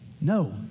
No